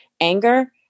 anger